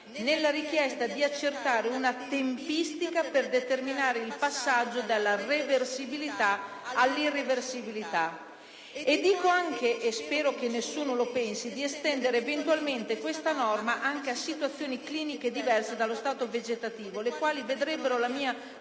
nella richiesta di accertare una tempistica per determinare il passaggio dalla reversibilità all'irreversibilità, oppure - ma spero che nessuno lo pensi - nella richiesta di estendere eventualmente questa norma anche a situazioni cliniche diverse dallo stato vegetativo, le quali vedrebbero la mia